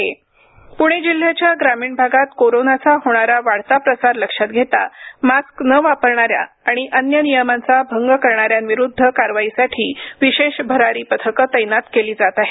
प्णे जिल्ह्याच्या ग्रामीण भागात कोरोनाचा होणारा वाढता प्रसार लक्षात घेता मास्क न वापरणाऱ्या आणि अन्य नियमांचा भंग करणाऱ्यांविरुद्ध कारवाईसाठी विशेष भरारी पथकं तैनात केली जात आहेत